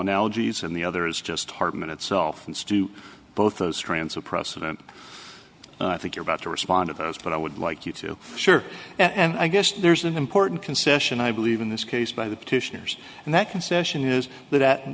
analogies and the other is just hartmann itself and stew both those strands of precedent and i think you're about to respond to those but i would like you to sure and i guess there's an important concession i believe in this case by the petitioners and that concession is that at